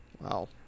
Wow